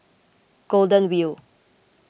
Golden Wheel